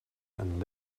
and